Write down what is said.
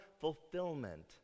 fulfillment